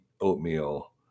oatmeal